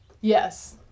yes